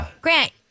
Grant